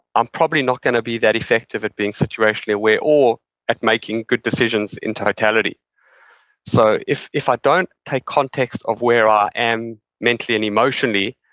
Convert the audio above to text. i'm probably not going to be that effective at being situationally aware or at making good decisions in totality so, if if don't take context of where i am mentally and emotionally,